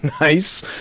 nice